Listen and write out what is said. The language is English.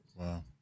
Wow